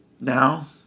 Now